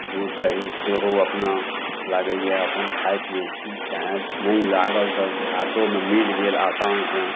दूध दही सेहो अपना लागइए अपन खाइ पीयै छी चाहे नहि लागल तऽ देहातोमे मिल गेल आसानसँ